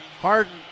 Harden